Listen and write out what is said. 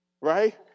Right